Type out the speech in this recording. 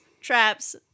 traps